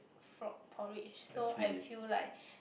frog porridge so I feel like